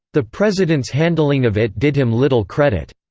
the president's handling of it did him little credit.